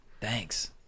Thanks